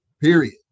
Period